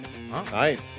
Nice